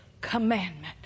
commandment